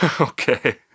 okay